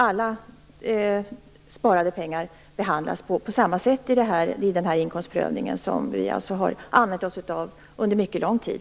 Alla sparade pengar behandlas på samma sätt vid den här inkomstprövningen. Den har vi alltså använt oss av under mycket lång tid.